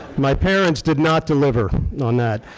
my parents did not deliver on that.